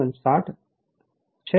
और Ia2 Ia1x3 301553 मिला होगा